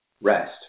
Rest